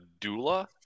doula